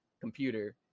computer